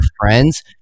friends